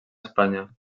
espanya